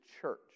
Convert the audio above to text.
church